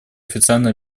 официально